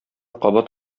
кабат